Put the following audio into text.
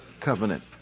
covenant